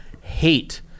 hate